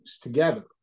together